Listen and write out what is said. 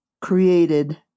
created